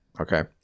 okay